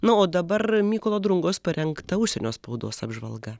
na o dabar mykolo drungos parengta užsienio spaudos apžvalga